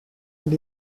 and